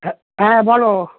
হ্যাঁ হ্যাঁ বলো